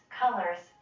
colors